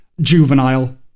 Juvenile